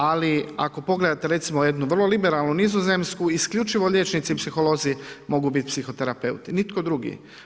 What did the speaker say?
Ali, ako pogledate, recimo jednu vrlo liberalnu Nizozemsku, isključivo liječnici i psiholozi mogu biti psihoterapeuti, nitko drugi.